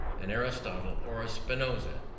an aristotle or a spinoza,